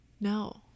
No